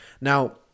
Now